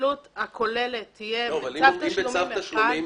זה נכון שבצו תשלומים